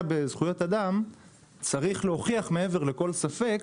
בזכויות אדם צריך להוכיח מעבר לכל ספק